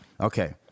Okay